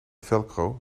velcro